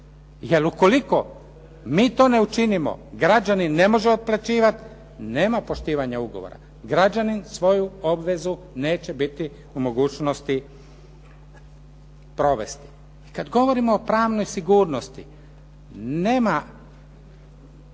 Jer ukoliko mi to ne učinimo, građanin ne može otplaćivati, nema poštivanja ugovora. Građanin svoju obvezu neće biti u mogućnosti provesti. Kad govorimo o pravnoj sigurnosti, nema, ja